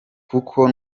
kuko